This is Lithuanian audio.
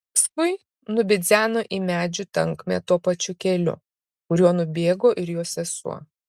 paskui nubidzeno į medžių tankmę tuo pačiu keliu kuriuo nubėgo ir jo sesuo